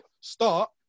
start